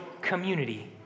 community